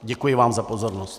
Děkuji vám za pozornost.